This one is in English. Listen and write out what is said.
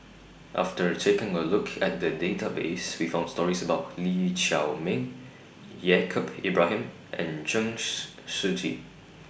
after taking A Look At The Database We found stories about Lee Chiaw Meng Yaacob Ibrahim and Chen Shiji